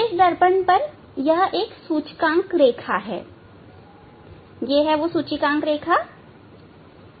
अब इस दर्पण पर यह एक सूचकांक रेखा है यह सूचकांक रेखा है